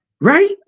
right